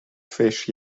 fish